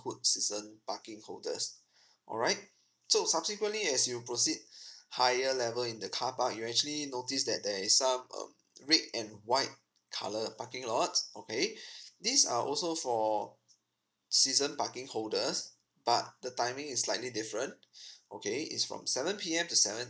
codes season parking holders alright so subsequently as you proceed higher level in the car park you actually notice that there is um um red and white colour parking lots okay if these are also fur season parking holders but the timing is slightly different okay it's from seven P_M to seven